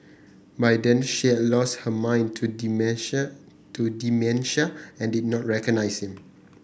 by then she had lost her mind to dementia to dementia and did not recognise him